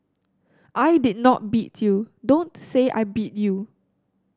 I did not beat you don't say I beat you